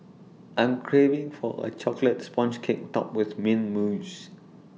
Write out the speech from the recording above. I'm craving for A Chocolate Sponge Cake Topped with Mint Mousse